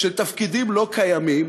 של תפקידים לא קיימים.